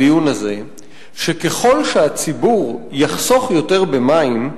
שככל שהציבור יחסוך יותר במים,